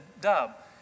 Dub